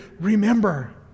remember